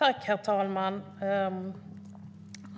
Herr talman!